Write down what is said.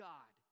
God